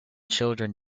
children